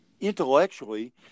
intellectually